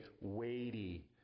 weighty